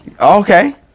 Okay